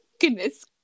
goodness